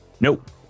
Nope